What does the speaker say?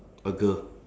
a girl